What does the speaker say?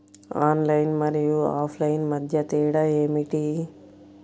Online మరియు offline మధ్య తేడా ఏమిటీ?